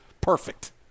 Perfect